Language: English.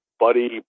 buddy